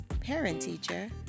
parent-teacher